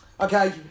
Okay